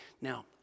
Now